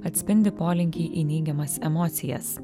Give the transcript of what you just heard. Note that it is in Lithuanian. atspindi polinkį į neigiamas emocijas